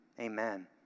Amen